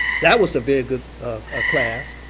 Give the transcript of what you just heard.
that was a very good ah class.